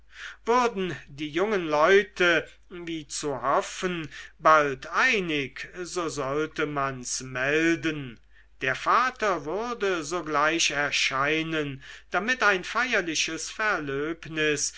würden die jungen leute wie zu hoffen bald einig so sollte man's melden der vater würde sogleich erscheinen damit ein feierliches verlöbnis